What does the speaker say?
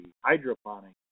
hydroponics